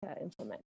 implement